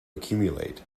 accumulate